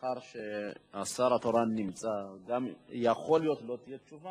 אשר הוסבה מהצעת